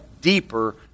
deeper